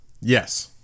Yes